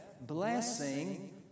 blessing